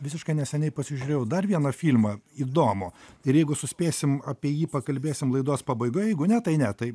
visiškai neseniai pasižiūrėjau dar vieną filmą įdomų ir jeigu suspėsim apie jį pakalbėsim laidos pabaigoj jeigu ne tai ne tai